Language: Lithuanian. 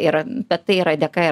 ir bet tai yra dėka